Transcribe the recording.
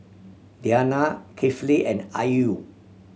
Diyana Kifli and Ayu